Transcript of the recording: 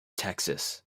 texas